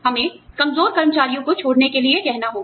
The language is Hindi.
हमें कमज़ोर कर्मचारियों को छोड़ने के लिए कहना होगा